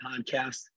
podcast